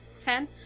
Ten